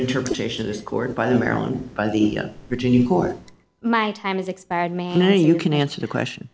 interpretation discord by the maryland by the virginia court my time has expired manner you can answer the question